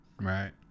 right